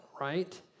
right